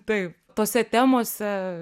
taip tose temose